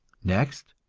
next,